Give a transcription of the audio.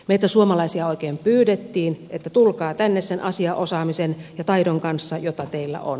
meitä suomalaisia oikein pyydettiin että tulkaa tänne sen asiaosaamisen ja taidon kanssa joita teillä on